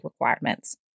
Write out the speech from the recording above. requirements